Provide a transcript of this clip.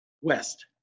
West